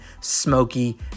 smoky